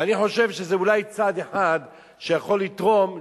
ואני חושב שזה אולי צעד אחד שיכול לתרום,